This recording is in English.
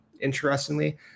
interestingly